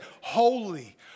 Holy